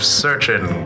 searching